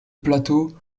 plateau